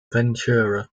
ventura